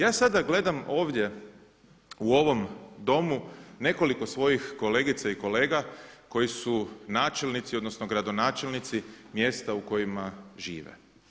Ja sada gledam ovdje u ovom Domu nekoliko svojih kolegica i kolega koji su načelnici odnosno gradonačelnici mjesta u kojima žive.